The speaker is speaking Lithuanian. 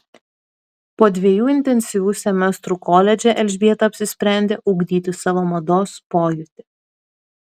po dviejų intensyvių semestrų koledže elžbieta apsisprendė ugdyti savo mados pojūtį